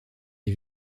les